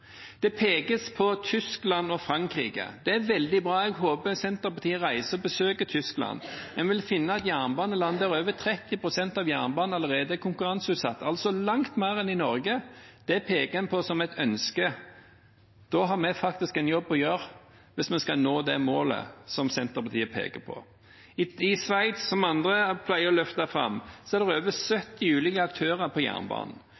Det pekes på Tyskland og Frankrike. Det er veldig bra, og jeg håper Senterpartiet reiser og besøker Tyskland. Da vil en finne et jernbaneland der over 30 pst. av jernbanen allerede er konkurranseutsatt – altså langt mer enn i Norge – og det peker en på som et ønske. Da har vi faktisk en jobb å gjøre, hvis vi skal nå det målet som Senterpartiet peker på. I Sveits, som andre pleier å løfte fram, er det over 70 ulike aktører på jernbanen.